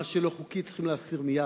מה שלא חוקי, צריכים להסיר מייד,